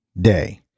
day